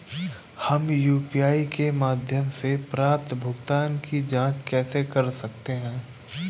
हम यू.पी.आई के माध्यम से प्राप्त भुगतान की जॉंच कैसे कर सकते हैं?